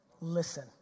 Listen